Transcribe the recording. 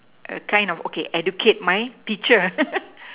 kind of okay educate my teacher